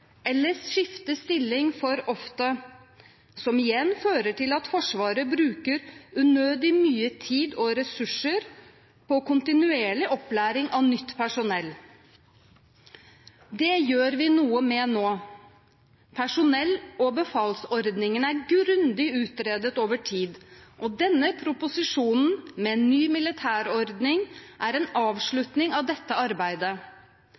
eller skifter stilling for ofte, som igjen fører til at Forsvaret bruker unødig mye tid og ressurser på kontinuerlig opplæring av nytt personell. Det gjør vi noe med nå. Personell- og befalsordningene er grundig utredet over tid. Denne proposisjonen, med ny militærordning, er en avslutning av dette arbeidet.